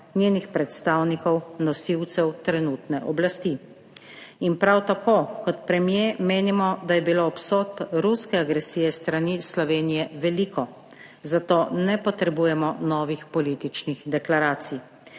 njenih predstavnikov, nosilcev trenutne oblasti. In prav tako kot premier menimo, da je bilo obsodb ruske agresije s strani Slovenije veliko, zato ne potrebujemo novih političnih deklaracij.